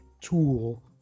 tool